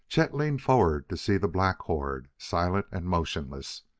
chet leaned forward to see the black horde, silent and motionless.